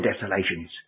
desolations